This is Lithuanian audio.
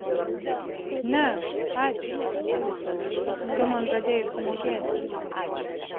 ne ačiū atsidusau tu man žadėjai sumokėti